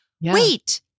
wait